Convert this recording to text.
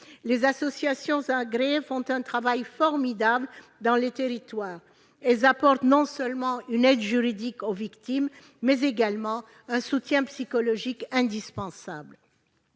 Les associations agréées accomplissent un travail formidable dans les territoires. Elles apportent non seulement une aide juridique aux victimes, mais également un soutien psychologique indispensable.